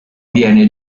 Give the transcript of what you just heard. viene